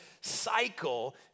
cycle